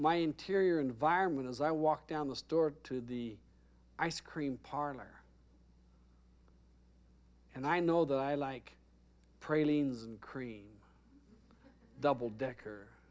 my interior environment as i walk down the store to the ice cream parlor and i know that i like prey leans and cream double decker